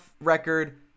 record